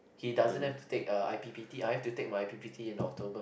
he doesn't have to take uh i_p_p_t I have to take my i_p_p_t in October